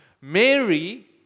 Mary